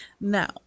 Now